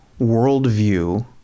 worldview